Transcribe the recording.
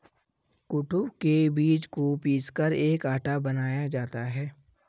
कूटू के बीज को पीसकर एक आटा बनाया जाता है